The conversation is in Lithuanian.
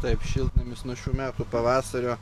taip šiltnamis nuo šių metų pavasario